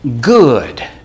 good